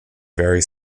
very